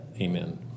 Amen